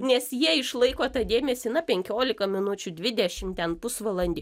nes jie išlaiko tą dėmesį na penkiolika minučių dvidešim ten pusvalandį